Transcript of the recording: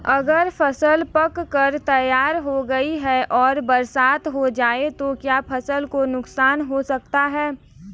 अगर फसल पक कर तैयार हो गई है और बरसात हो जाए तो क्या फसल को नुकसान हो सकता है?